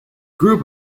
group